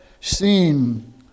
seen